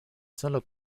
sólo